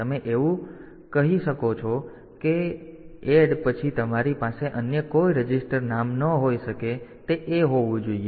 તેથી તમે કહો છો એવું કંઈ નથી અને ADD પછી તમારી પાસે અન્ય કોઈ રજિસ્ટર નામ ન હોઈ શકે તે A હોવું જોઈએ